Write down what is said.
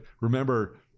remember